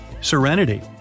Serenity